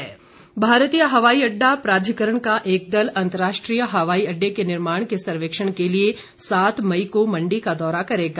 AAI भारतीय हवाई अड्डा प्राधिकरण का एक दल अंतर्राष्ट्रीय हवाई अड्डे के निर्माण के सर्वेक्षण के लिए सात मई को मण्डी का दौरा करेगा